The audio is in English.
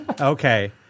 Okay